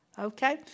okay